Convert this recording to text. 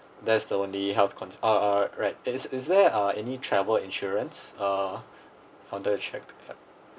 that's the only health concern uh right is is there uh any travel insurance uh on the check effect